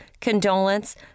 condolence